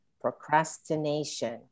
procrastination